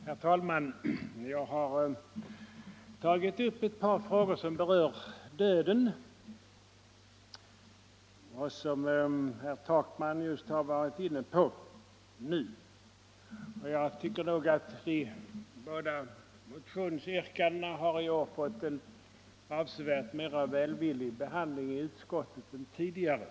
Herr talman! Jag har tagit upp ett par frågor som berör döden och som herr Takman också nyss var inne på. Jag tycker att de båda motionsyrkandena i år har fått en avsevärt mer välvillig behandling i utskottet än tidigare.